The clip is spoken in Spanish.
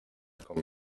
con